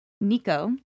Nico